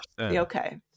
okay